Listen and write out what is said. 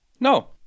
no